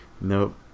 nope